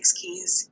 keys